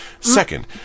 Second